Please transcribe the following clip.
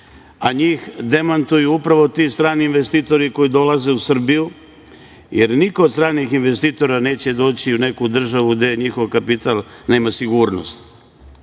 a njih demantuju upravo ti strani investitori koji dolaze u Srbiju, jer niko od stranih investitora neće doći u neku državu gde njihov kapital nema sigurnost